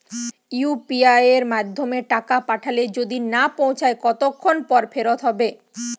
UPI য়ের মাধ্যমে টাকা পাঠালে যদি না পৌছায় কতক্ষন পর ফেরত হবে?